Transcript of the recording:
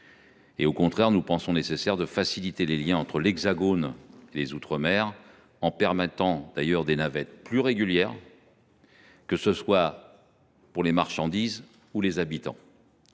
territoires. Nous estimons nécessaire de faciliter les liens entre l’Hexagone et les outre mer en mettant en place des navettes plus régulières, que ce soit pour les marchandises ou pour les habitants.